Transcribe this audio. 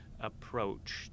approach